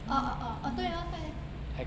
orh orh orh oh 对啦她